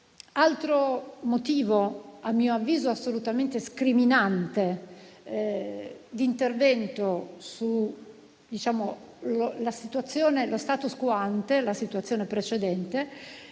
altro motivo - a mio avviso assolutamente scriminante - di intervento sullo *status quo* *ante*, sulla situazione precedente,